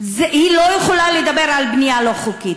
היא לא יכולה לדבר על בנייה לא חוקית.